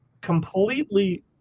completely